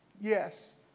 Yes